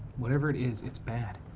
whatever it is, it's bad.